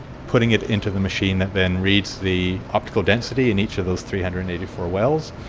putting it into the machine that then reads the optical density in each of those three hundred and eighty four wells,